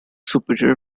superior